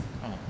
ah